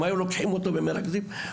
אם היו לוקחים אותו ומרכזים אותו,